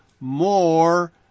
more